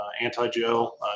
anti-gel